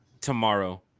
tomorrow